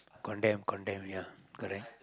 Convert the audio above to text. condemn condemn ya correct